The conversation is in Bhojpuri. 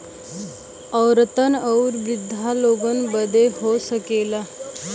औरतन आउर वृद्धा लोग बदे हो सकला